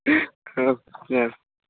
ആ ആ